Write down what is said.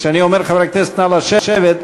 כשאני אומר "חברי הכנסת, נא לשבת",